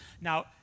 Now